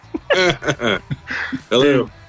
Hello